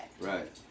Right